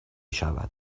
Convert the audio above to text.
شود